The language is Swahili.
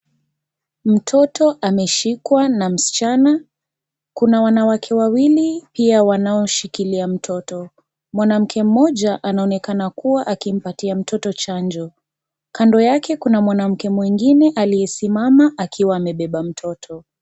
Mtoto ameshikwa na msichana kuna wanawake wawili pia wanaoshikilia mtoto, mwanamke mmoja anaonekana kuwa akimpatia mtoto chanjo, kando yake kuna mwanamke mwengine akiwa amesimama akiwa amembeba mtoto.